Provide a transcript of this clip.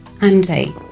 Andy